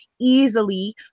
easily